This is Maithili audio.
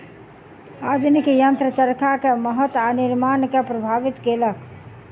आधुनिक यंत्र चरखा के महत्त्व आ निर्माण के प्रभावित केलक